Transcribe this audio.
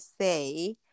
say